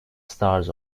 stars